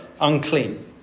unclean